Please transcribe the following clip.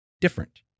different